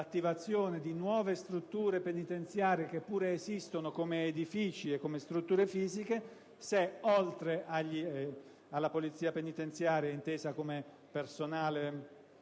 di nuove strutture penitenziarie, che pure esistono come edifici e come strutture fisiche, se, oltre alla polizia penitenziaria, intesa come agenti,